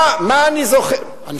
מה אני זוכר, מי הפריע לו?